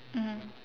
mmhmm